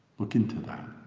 look into that!